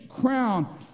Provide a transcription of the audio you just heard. crown